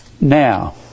Now